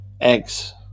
eggs